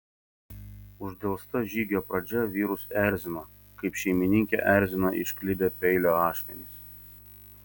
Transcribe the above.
uždelsta žygio pradžia vyrus erzino kaip šeimininkę erzina išklibę peilio ašmenys